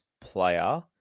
player